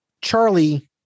charlie